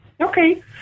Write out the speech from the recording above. Okay